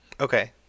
Okay